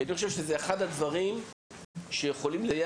שאני חושב שזה אחד הדברים שיכולים לסייע